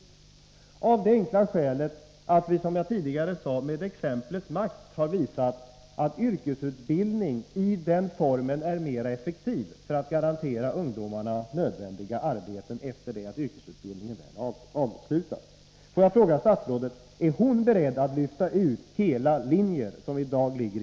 Detta bör ske av det enkla skälet att vi, som jag tidigare sade, med exemplets makt har visat att yrkesutbildning i den formen är mer effektiv när det gäller att garantera ungdomarna nödvändiga arbeten efter det att utbildningen är avslutad.